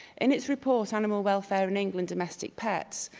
in its report, eanimal welfare in england domestic petsi,